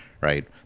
right